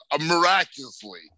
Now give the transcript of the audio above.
miraculously